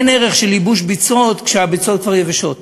אין ערך של ייבוש ביצות כשהביצות כבר יבשות.